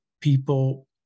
people